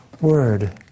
word